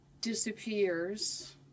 disappears